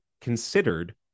considered